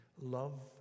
Love